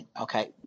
okay